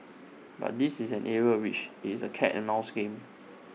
but this is an area which IT is A cat and mouse game